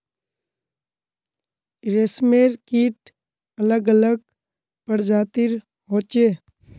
रेशमेर कीट अलग अलग प्रजातिर होचे